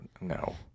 no